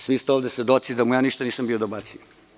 Svi ste ovde svedoci da mu ništa nisam dobacio.